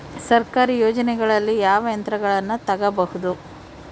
ಸರ್ಕಾರಿ ಯೋಜನೆಗಳಲ್ಲಿ ಯಾವ ಯಂತ್ರಗಳನ್ನ ತಗಬಹುದು?